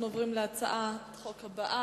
אנחנו עוברים להצעת חוק הבאה,